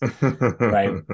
right